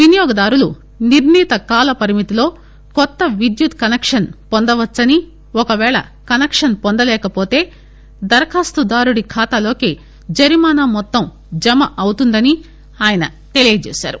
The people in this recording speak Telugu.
వినియోగ దారులు నిర్ణీత కాల పరిమితిలో కొత్త విద్యుత్ కనెక్షన్ పొందవచ్చని ఒక పేళ కనేక్షన్ పొందలేక పోతే దరఖాస్తుదారుడి ఖాతాలోకి జరిమానా మొత్తం జమ అవుతుందని ఆయన తెలిపారు